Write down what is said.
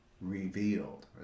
revealed